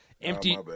Empty